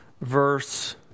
verse